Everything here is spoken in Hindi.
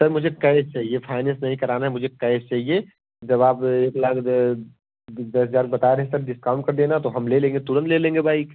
सर मुझे कैश चाहिए फायनेंस नहीं कराना मुझे कैश चाहिए जब आप एक लाख द दस हज़ार बता रहे हैं सर डिस्काउंट कर देना तो हम ले लेंगे तुरंत ले लेंगे बाइक